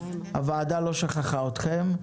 הוועדה לא שכחה אתכם,